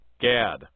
Gad